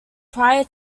prior